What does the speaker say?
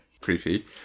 Creepy